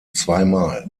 zweimal